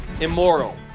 immoral